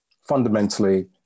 fundamentally